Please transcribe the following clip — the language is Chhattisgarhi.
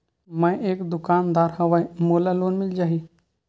मै एक दुकानदार हवय मोला लोन मिल जाही?